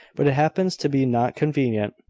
but it happens to be not convenient.